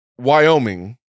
Wyoming